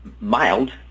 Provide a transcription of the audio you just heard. Mild